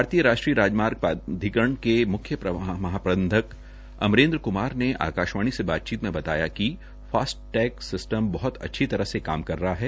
भारतीय राष्ट्रीय राजमार्ग प्राधिकरण के म्ख्य महाप्रबंधक अमरेन्द्र क्मार ने आकाशवाणी से बातचीत में बताया कि फास्ट टैग सिस्टम बहत अच्छी तरह से काम कर रहा है